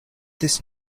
this